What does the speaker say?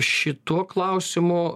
šituo klausimu